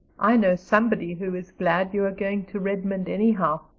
i know somebody who is glad you are going to redmond anyhow.